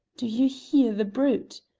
do you hear the brute?